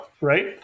right